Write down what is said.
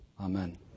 Amen